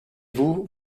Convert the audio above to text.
vous